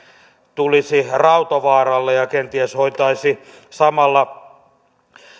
tulisi rautavaaralle ja kenties hoitaisi samalla